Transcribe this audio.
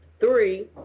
Three